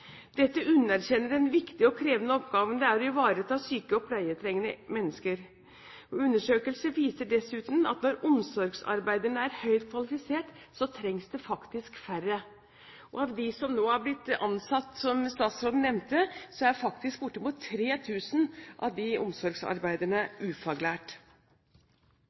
Dette underkjenner den viktige og krevende oppgaven det er å ivareta syke og pleietrengende mennesker. Undersøkelser viser dessuten at når omsorgsarbeiderne er høyt kvalifisert, trengs det faktisk færre. Av de omsorgsarbeiderne som nå har blitt ansatt, som statsråden nevnte, er faktisk bortimot 3 000 ufaglært.